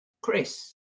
Chris